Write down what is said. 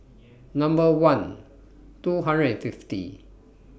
one two five